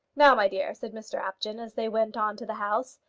now, my dear, said mr apjohn, as they went on to the house,